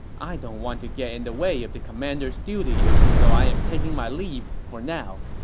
i don't want to get in the way of the commander's duties, so i am taking my leave for now.